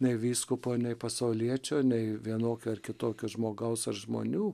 nei vyskupo nei pasauliečio nei vienokio ar kitokio žmogaus ar žmonių